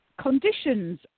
conditions